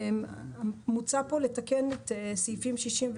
מוצע כאן לתקן את סעיפים 66,